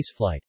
spaceflight